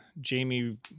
Jamie